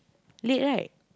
late right